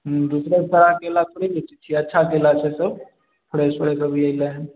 हूँ दूसरा केला थोड़े बेचै छियै अच्छा केला छै सब फ्रेश अभी अयलै हन